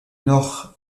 nord